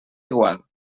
igual